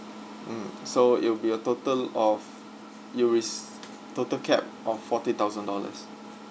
mm so it will be a total of you rec~ total cap of forty thousand dollars